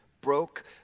broke